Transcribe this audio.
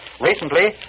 Recently